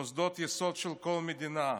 מוסדות יסוד של כל מדינה.